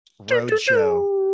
Roadshow